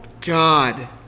God